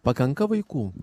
pakanka vaikų